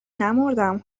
نمـردم